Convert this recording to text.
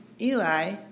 Eli